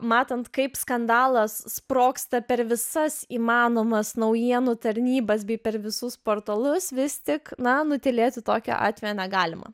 matant kaip skandalas sprogsta per visas įmanomas naujienų tarnybas bei per visus portalus vis tik na nutylėti tokio atvejo negalima